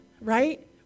right